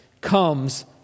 comes